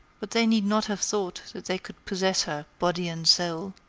but they need not have thought that they could possess her, body and soul.